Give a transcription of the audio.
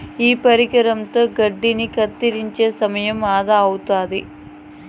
ఈ పరికరంతో గడ్డిని కత్తిరించే సమయం ఆదా అవుతాది